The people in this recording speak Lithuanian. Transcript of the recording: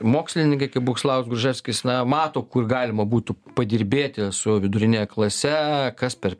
mokslininkai kaip boguslavas gruževskis na mato kur galima būtų padirbėti su viduriniąja klase kas per